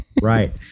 right